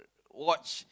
watch